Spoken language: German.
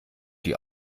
die